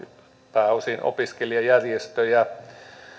pääosin opiskelijajärjestöjä